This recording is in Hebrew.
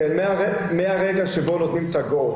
כן, מהרגע שבו נותנים את ה-GO.